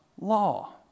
law